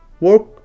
work